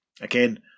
Again